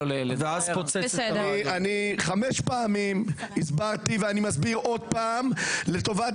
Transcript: הסברתי חמש פעמים ואני מסביר עוד פעם לטובת